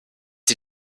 die